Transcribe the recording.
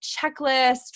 checklist